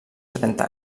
trenta